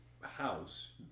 house